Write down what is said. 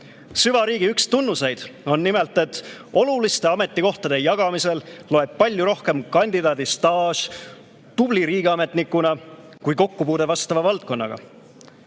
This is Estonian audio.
Süvariigi üks tunnuseid on nimelt, et oluliste ametikohtade jagamisel loeb palju rohkem kandidaadi staaž tubli riigiametnikuna kui kokkupuude vastava valdkonnaga.